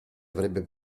avrebbe